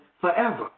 forever